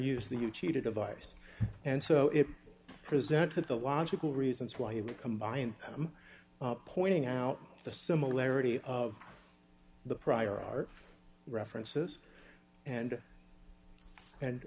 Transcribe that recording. use that you cheated a vice and so it presented the logical reasons why you would combine i'm pointing out the similarity of the prior art references and and